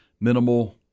minimal